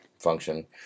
Function